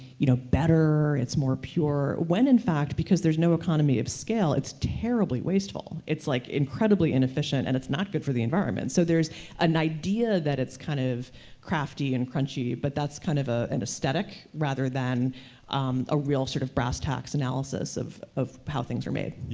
you know, better, it's more pure, when, in fact, because there's no economy of scale, it's terribly wasteful. it's, like, incredibly inefficient, and it's not good for the environment, so there's an idea that it's kind of crafty and crunchy, but that's kind of ah an aesthetic, rather than a real sort of brass tacks analysis of of how things are made. glenn yeah,